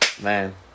Man